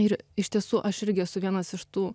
ir iš tiesų aš irgi esu vienas iš tų